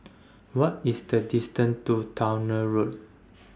What IS The distance to Towner Road